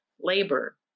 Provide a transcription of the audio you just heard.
labor